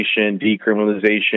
decriminalization